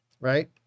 Right